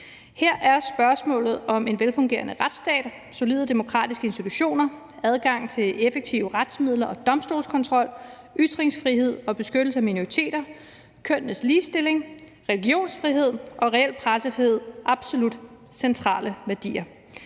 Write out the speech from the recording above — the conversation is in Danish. Her er spørgsmålet om en velfungerende retsstat, solide demokratiske institutioner, adgang til effektive retsmidler, domstolskontrol, ytringsfrihed, beskyttelse af minoriteter, kønnenes ligestilling, religionsfrihed og reel pressefrihed absolut centrale værdier.